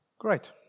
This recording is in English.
Great